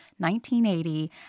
1980